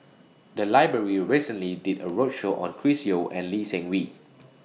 The Library recently did A roadshow on Chris Yeo and Lee Seng Wee